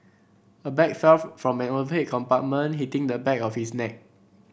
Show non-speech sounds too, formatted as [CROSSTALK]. a bag fell [UNINTELLIGIBLE] from an overhead compartment hitting the back of his neck